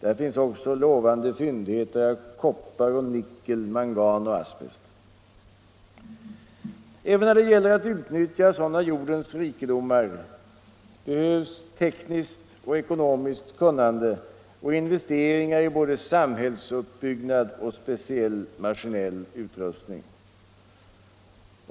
Där finns också lovande fyndigheter av koppar och nickel, Även när det gäller att utnyttja sådana jordens rikedomar behövs tekniskt och ekonomiskt kunnande och investeringar i både samhällsuppbyggnad och speciell maskinell utrustning.